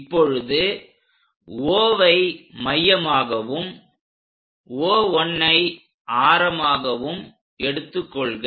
இப்பொழுது Oவை மையமாகவும் O1 ஐ ஆரமாகவும் எடுத்துக் கொள்க